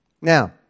Now